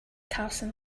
carson